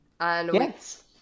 Yes